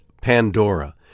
Pandora